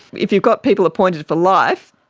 if you've got people appointed for life,